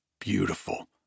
beautiful